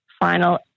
final